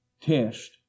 test